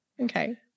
Okay